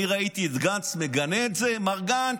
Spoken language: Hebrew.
אני ראיתי את גנץ מגנה את זה, מר גנץ?